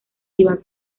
iván